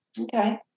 Okay